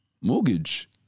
Mortgage